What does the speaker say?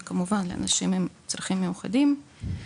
וכמובן לאנשים עם צרכים מיוחדים,